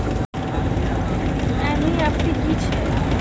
NEFT की छीयै?